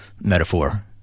metaphor